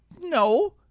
No